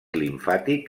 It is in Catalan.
limfàtic